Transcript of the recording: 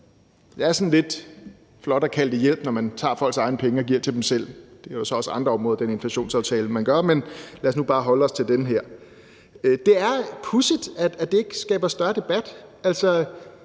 Det er sådan lidt flot at kalde det hjælp, når man tager folks egne penge og giver til dem selv. Man gør det også på andre områder i den inflationsaftale, men lad os nu bare holde os til det her. Det er pudsigt, at det ikke skaber større debat.